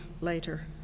later